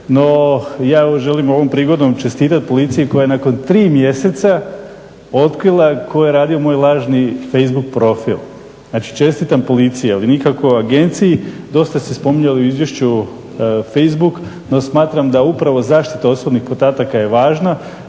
No ja želim ovom prigodom čestitati policiji koja je nakon tri mjeseca otkrila tko je radio moj lažni profil. Znači, čestitam policiji ali nikako Agenciji, dosta ste spominjali u izvješću facebook no smatram da upravo zaštita osobnih podataka je važna